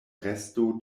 resto